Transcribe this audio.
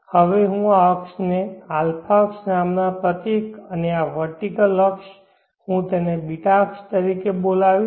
હવે હું આ અક્ષને α અક્ષ નામના પ્રતીક અને આ વેર્ટીકેલ અક્ષ હું તેને β અક્ષ તરીકે બોલાવીશ